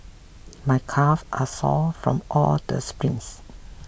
my calves are sore from all the sprints